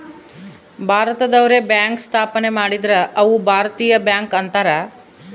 ಭಾರತದವ್ರೆ bank ಸ್ಥಾಪನೆ ಮಾಡಿದ್ರ ಅವು ಭಾರತೀಯ ಬ್ಯಾಂಕ್ ಅಂತಾರ